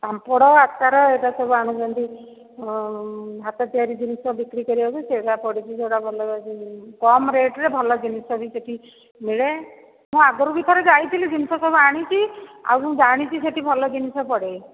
ପାମ୍ପଡ଼ ଆଚାର ଏ'ଟା ସବୁ ଆଣୁଛନ୍ତି ହାତ ତିଆରି ଜିନିଷ ବିକ୍ରି କରିବାକୁ ସେଡ଼ାକ ପଡ଼ିଛି ସେଡ଼ାକ ଭଲ କମ୍ ରେଟ୍ରେ ଭଲ ଜିନିଷବି ସେ'ଠି ମିଳେ ମୁଁ ଆଗରୁ ବି ଥରେ ଯାଇଥିଲି ଜିନିଷ ସବୁ ଆଣିଛି ଆଉ ମୁଁ ଜାଣିଛି ସେ'ଠି ଭଲ ଜିନିଷ ପଡ଼େ